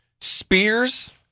Spears